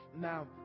Now